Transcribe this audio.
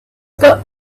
got